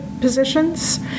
positions